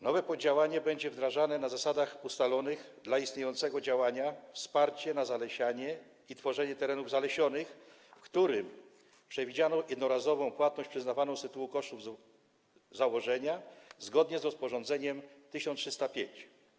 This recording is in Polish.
Nowe poddziałanie będzie wdrażane na zasadach ustalonych dla istniejącego działania: Wsparcie na zalesianie i tworzenie terenów zalesionych, w którym przewidziano jednorazową płatność przyznawaną z tytułu kosztów założenia, zgodnie z rozporządzeniem 1305.